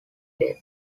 death